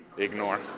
ignore.